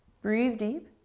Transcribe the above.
breathe deep.